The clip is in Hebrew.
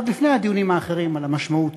עוד לפני הדיונים האחרים על המשמעות